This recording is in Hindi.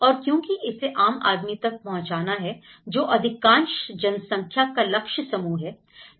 और क्योंकि इसे आम आदमी तक पहुंचाना है जो अधिकांश जनसंख्या का लक्ष्य समूह है